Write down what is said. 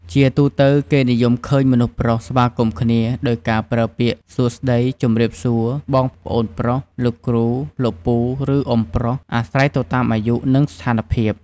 ជាទូទៅ គេនិយមឃើញមនុស្សប្រុសស្វាគមន៍គ្នា ដោយការប្រើពាក្យសួស្តី ជម្រាបសួរ បង ប្អូនប្រុស លោកគ្រូ លោកពូ ឬ អ៊ុំប្រុស អាស្រ័យទៅតាមអាយុ និងស្ថានភាព។